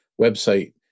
website